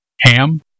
Ham